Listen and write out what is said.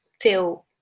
feel